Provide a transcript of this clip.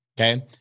okay